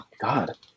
God